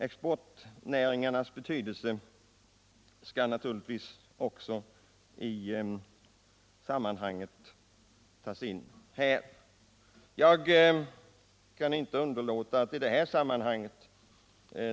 Exportnäringarnas betydelse måste också beaktas i detta sammanhang.